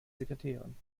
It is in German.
sekretärin